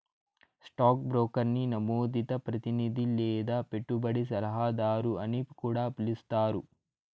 stock బ్రోకర్ని నమోదిత ప్రతినిది లేదా పెట్టుబడి సలహాదారు అని కూడా పిలిస్తారు